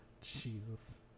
Jesus